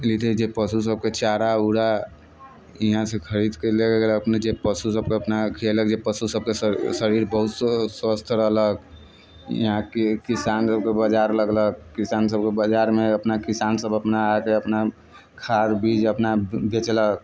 एहि लेते जे पशु सभके चारा वारा यहाँ से खरीदके ले गेलक अपने जे पशु सभके अपना खियैलक जे पशु सभके शरीर बहुत स्वस्थ रहलक यहाँके किसान सभके बजार लगलक किसान सभके बजारमे अपना किसान सभ अपना आके अपना खाद बीज अपना बेचलक